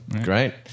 Great